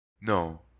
No